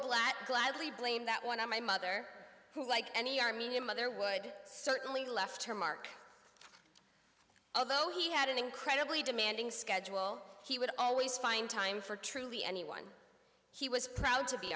blat gladly blame that one on my mother who like any armenian mother would certainly left her mark although he had an incredibly demanding schedule he would always find time for truly anyone he was proud to be